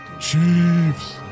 Chiefs